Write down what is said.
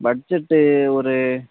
budget ஒரு